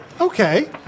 Okay